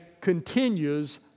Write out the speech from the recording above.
continues